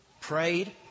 prayed